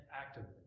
actively